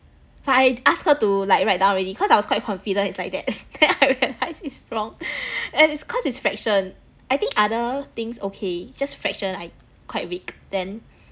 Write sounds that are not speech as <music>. but I asked her to like write down already cause I was quite confident it's like <laughs> then I realise it's wrong and it's cause it's fraction I think other things okay just fraction I quite weak then